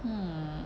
hmm